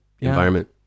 environment